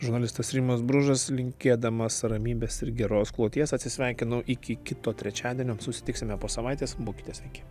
žurnalistas rimas bružas linkėdamas ramybės ir geros kloties atsisveikinu iki kito trečiadienio susitiksime po savaitės būkite sveiki